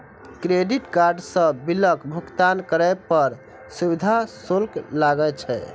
credit card सं बिलक भुगतान करै पर सुविधा शुल्क लागै छै